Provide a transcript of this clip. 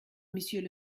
monsieur